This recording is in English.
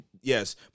Yes